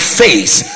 face